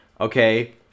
okay